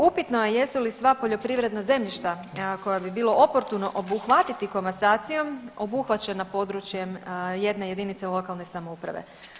Upitno je jesu li sva poljoprivredna zemljišta koja bi bilo oportuno obuhvatiti komasacijom obuhvaćena područjem jedne jedinice lokalne samouprave.